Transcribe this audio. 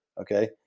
okay